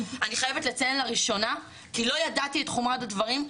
אני חייבת לציין לראשונה כי לא ידעתי את חומרת הדברים,